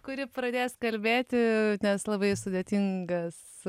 kuri pradės kalbėti nes labai sudėtingas